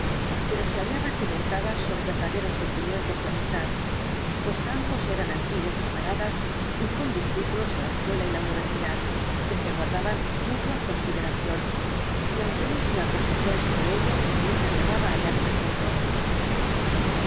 pero se hallaba cimentada sobre verdaderos sentimientos de amistad pues ambos eran antiguos camaradas y condiscípulos de la escuela y la universidad que se guardaban mutua consideración y aunque no sea consecuencia de ello les agradaba hallarse juntos